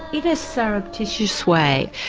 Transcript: in a surreptitious way.